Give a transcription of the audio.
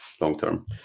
long-term